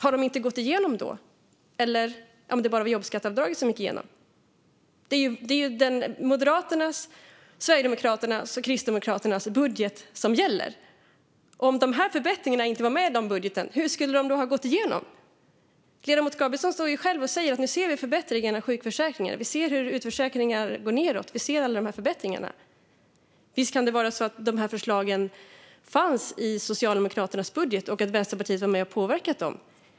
Har de då inte gått igenom, om det bara var jobbskatteavdraget som gick igenom? Det är Moderaternas, Sverigedemokraternas och Kristdemokraternas budget som gäller. Om de här förbättringarna inte var med i budgeten - hur skulle de då ha kunnat gå igenom? Ledamoten Gabrielsson står ju själv och säger att vi nu ser alla dessa förbättringar i sjukförsäkringen och att vi ser hur utförsäkringarna går nedåt. Visst kan det vara så att förslagen fanns i Socialdemokraternas budget och att Vänsterpartiet har varit med och påverkat dem.